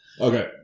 Okay